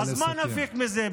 אז מה נפיק מזה?